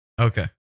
Okay